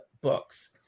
books